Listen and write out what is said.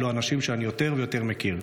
אלו אנשים שאני יותר ויותר מכיר.